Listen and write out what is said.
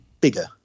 bigger